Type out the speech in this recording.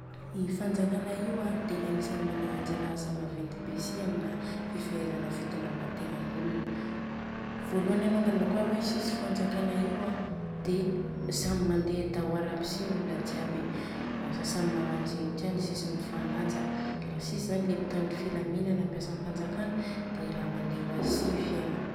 I fanjakana io an de agnisany managna anajara asa maventy be si amina fifehezana fitondrana tegnan'olona. Voaloany alôngany nakôa hoe tsisy i fanjakana Io an de samy mandeha dahoara aby si olona jiaby, lasa samy magnano zegny tiany tsisy mifagnaja. Ra tsitsy zani i mpitandrona filaminana mpiasam-panjakana de raha mandeha oazy si fiegnana.